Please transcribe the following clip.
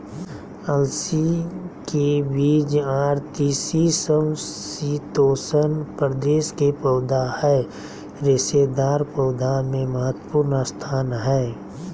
अलसी के बीज आर तीसी समशितोष्ण प्रदेश के पौधा हई रेशेदार पौधा मे महत्वपूर्ण स्थान हई